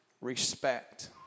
respect